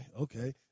Okay